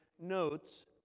notes